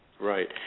Right